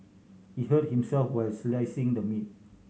he hurt himself while slicing the meat